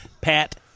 Pat